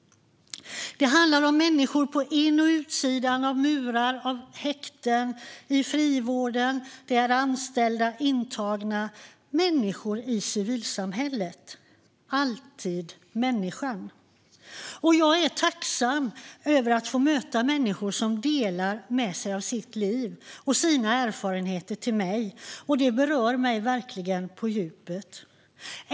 Det handlar om människor på in och utsidan av murar, i häkten, i frivården, anställda och intagna, människor i civilsamhället - alltid människan. Och jag är tacksam över att få möta människor som delar med sig av sina liv och sina erfarenheter till mig. De berör mig verkligen på djupet.